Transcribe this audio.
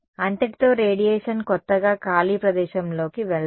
అంతటితో రేడియేషన్ కొత్తగా ఖాళీ ప్రదేశంలోకి వెళ్లదు